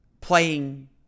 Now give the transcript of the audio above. playing